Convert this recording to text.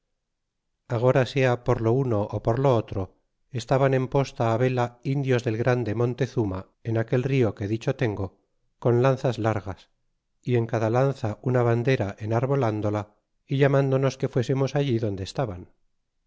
señorear agora sea por lo uno ó por lo otro estaban en posta vela indios del grande montezuma en aquel rio que dicho tengo con lanzas largas y en cada lanza una bandera enarbola ndula y llarnndonos que fuesernos allí donde estaban